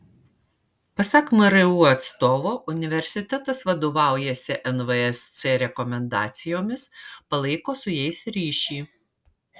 pasak mru atstovo universitetas vadovaujasi nvsc rekomendacijomis palaiko su jais ryšį